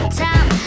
time